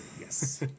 Yes